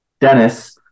Dennis